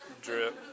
drip